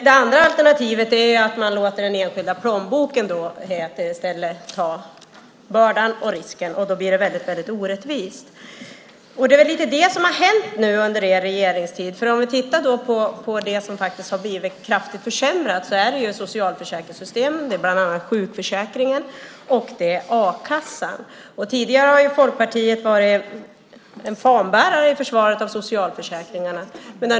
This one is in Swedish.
Det andra alternativet är att man låter den enskilda plånboken ta bördan och risken i stället. Då blir det väldigt orättvist, och det är väl det som har hänt nu under er regeringstid. Socialförsäkringssystemen har blivit kraftigt försämrade. Det gäller bland annat sjukförsäkringen och a-kassan. Tidigare har Folkpartiet varit en fanbärare i försvaret av socialförsäkringarna.